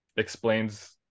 explains